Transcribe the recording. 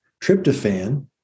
tryptophan